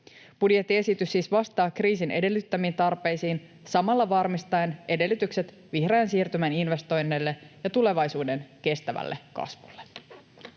Budjettiesitys siis vastaa kriisin edellyttämiin tarpeisiin samalla varmistaen edellytykset vihreän siirtymän investoinneille ja tulevaisuuden kestävälle kasvulle.